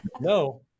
No